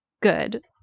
good